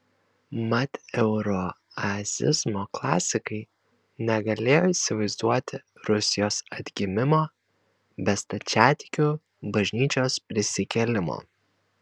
mat euroazizmo klasikai negalėjo įsivaizduoti rusijos atgimimo be stačiatikių bažnyčios prisikėlimo